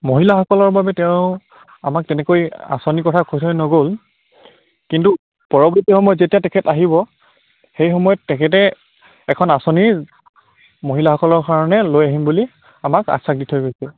মহিলাসকলৰ বাবে তেওঁ আমাক তেনেকৈ আঁচনিৰ কথা কৈ থৈ নগ'ল কিন্তু পৰৱৰ্তী সময়ত যেতিয়া তেখেত আহিব সেই সময়ত তেখেতে এখন আঁচনিৰ মহিলাসকলৰ কাৰণে লৈ আহিম বুলি আমাক আশ্বাস দি থৈ গৈছে